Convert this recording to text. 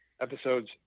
episodes